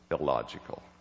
illogical